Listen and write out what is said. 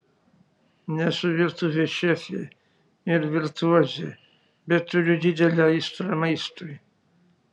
nesu virtuvės šefė ir virtuozė bet turiu didelę aistrą maistui